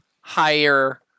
higher